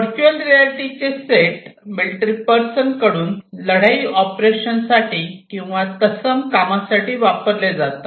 virtual रियालिटीचे set military person कडून लढाई ऑपरेशन साठी किंवा तत्सम कामासाठी वापरले जातात